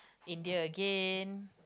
India again